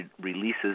releases